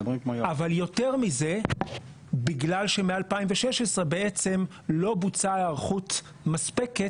אבל יותר מזה בגלל שמ-2016 לא בוצעה היערכות מספקת